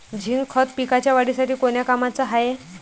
Zinc खत पिकाच्या वाढीसाठी कोन्या कामाचं हाये?